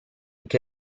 che